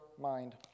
mind